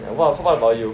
what what what about you